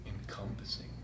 Encompassing